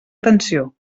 atenció